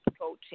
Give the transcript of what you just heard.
coaching